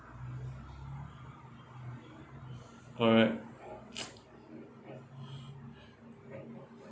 correct